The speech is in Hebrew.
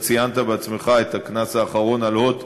אתה ציינת בעצמך את הקנס האחרון על "הוט",